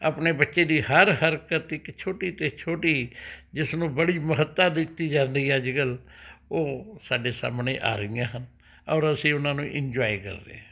ਆਪਣੇ ਬੱਚੇ ਦੀ ਹਰ ਹਰਕਤ ਇੱਕ ਛੋਟੀ ਤੋਂ ਛੋਟੀ ਜਿਸ ਨੂੰ ਬੜੀ ਮਹੱਤਤਾ ਦਿੱਤੀ ਜਾਂਦੀ ਹੈ ਅੱਜ ਕੱਲ੍ਹ ਉਹ ਸਾਡੇ ਸਾਹਮਣੇ ਆ ਰਹੀਆਂ ਹਨ ਔਰ ਅਸੀਂ ਉਹਨਾਂ ਨੂੰ ਇੰਜੋਏ ਕਰਦੇ ਹੈ